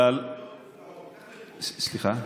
איך נתמוך, סליחה?